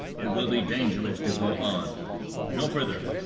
it will be dangerous to go on no further.